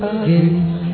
again